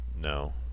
No